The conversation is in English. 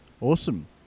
Awesome